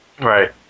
Right